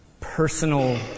personal